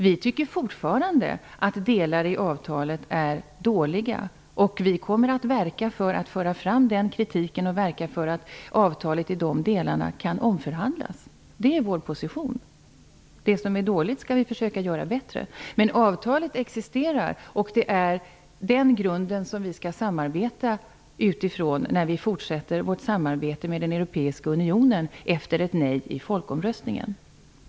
Vi tycker fortfarande att delar av avtalet är dåliga, och vi kommer att verka för att kritiken i det avseendet förs fram och för att avtalet i de delarna kan omförhandlas. Det är vår position. Det som är dåligt skall vi alltså försöka göra bättre. Avtalet existerar således, och det är utifrån den grunden som vi skall arbeta när vi fortsätter vårt samarbete med den europeiska unionen efter ett nej i folkomröstningen.